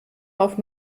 auf